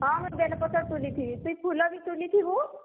ହଁ ମୁଁ ବେଲ ପତର ତୁଲିଥିବି ତୁଇ ଫୁଲ ବି ତୁଲିଥିବୁ